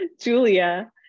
Julia